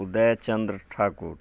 Uday Chandra Thakur